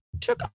took